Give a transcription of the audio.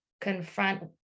confront